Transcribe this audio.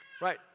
Right